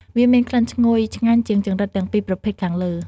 វាមានក្លិនឈ្ងុយឆ្ងាញ់ជាងចង្រិតទាំងពីរប្រភេទខាងលើ។